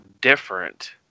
different